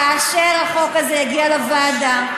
כאשר החוק הזה יגיע לוועדה,